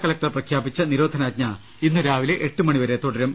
collector പ്രഖ്യാപിച്ച നിരോധനാജ്ഞ ഇന്നുരാവിലെ എട്ടുമണിവരെ തുടരും